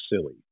silly